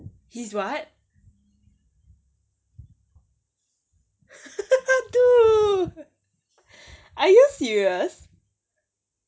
his dude what are you serious